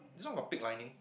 this one got pig lining